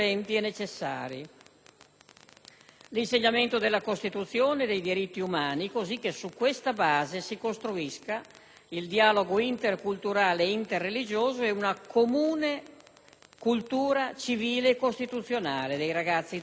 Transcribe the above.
l'insegnamento della Costituzione e dei diritti umani, così che su questa base si costruisca il dialogo interculturale e interreligioso e una comune cultura civile e costituzionale dei ragazzi italiani e di quelli immigrati.